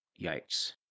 Yikes